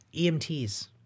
emts